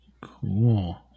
Cool